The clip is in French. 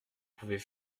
pouvez